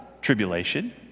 tribulation